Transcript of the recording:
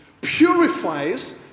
purifies